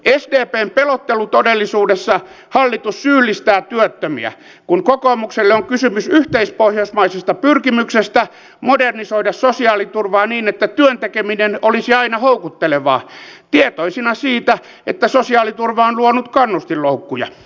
sdpn pelottelutodellisuudessa hallitus syyllistää työttömiä kun kokoomukselle on kysymys yhteispohjoismaisesta pyrkimyksestä modernisoida sosiaaliturvaa niin että työn tekeminen olisi aina houkuttelevaa tietoisina siitä että sosiaaliturva on luonut kannustinloukkuja